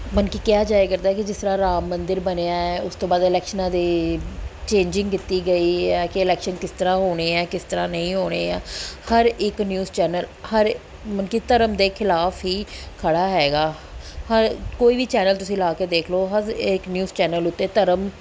ਬਲਕਿ ਕਿਹਾ ਜਾਇਆ ਕਰਦਾ ਕਿ ਜਿਸ ਤਰ੍ਹਾਂ ਰਾਮ ਮੰਦਿਰ ਬਣਿਆ ਹੈ ਉਸ ਤੋਂ ਬਾਅਦ ਇਲੈਕਸ਼ਨਾਂ ਦੇ ਚੇਂਜਿੰਗ ਕੀਤੀ ਗਈ ਹੈ ਕਿ ਇਲੈਕਸ਼ਨ ਕਿਸ ਤਰ੍ਹਾਂ ਹੋਣੇ ਹੈ ਕਿਸ ਤਰ੍ਹਾਂ ਨਹੀਂ ਹੋਣੇ ਆ ਹਰ ਇੱਕ ਨਿਊਜ਼ ਚੈਨਲ ਹਰ ਮਤਲਬ ਕਿ ਧਰਮ ਦੇ ਖਿਲਾਫ਼ ਹੀ ਖੜ੍ਹਾ ਹੈਗਾ ਹਰ ਕੋਈ ਵੀ ਚੈਨਲ ਤੁਸੀਂ ਲਾ ਕੇ ਦੇਖ ਲਓ ਹਰ ਇੱਕ ਨਿਊਜ਼ ਚੈਨਲ ਉੱਤੇ ਧਰਮ